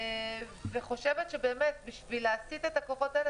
אני חושבת שבשביל להסיט את הכוחות האלה